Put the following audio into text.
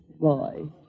boy